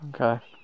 Okay